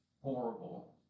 horrible